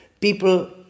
people